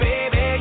Baby